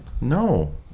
no